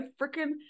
freaking